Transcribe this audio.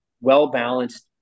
well-balanced